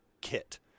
kit